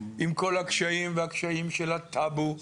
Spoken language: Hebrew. עם כל הקשיים והקשיים של הטאבו,